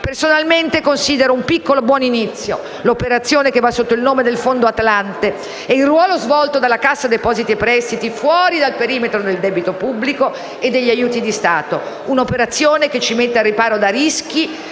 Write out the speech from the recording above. Personalmente considero un piccolo buon inizio l'operazione che va sotto il nome di Fondo Atlante e il ruolo svolto dalla Cassa depositi e prestiti fuori dal perimetro del debito pubblico e degli aiuti di Stato. Un'operazione che ci mette al riparo da rischi